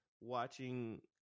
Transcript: watching